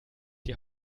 die